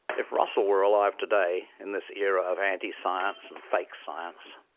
if russell were alive today in this era of anti-science and fake science,